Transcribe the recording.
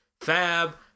Fab